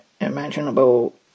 imaginable